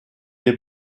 est